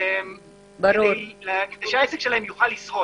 כדי שהעסק שלהם יוכל לשרוד.